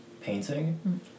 painting